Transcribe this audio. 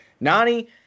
Nani